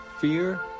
Fear